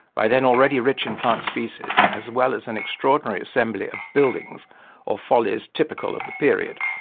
by then already rich in plant species as well as an extraordinary assembly of buildings or follies typical of the period,